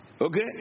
Okay